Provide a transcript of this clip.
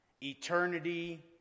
eternity